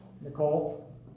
Nicole